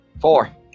Four